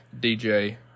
DJ